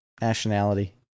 nationality